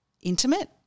intimate